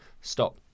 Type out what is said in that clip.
stop